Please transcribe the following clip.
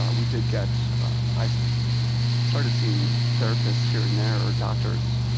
ah we did get i started seeing therapists here and there, or doctors,